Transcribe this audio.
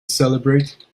celebrate